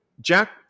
Jack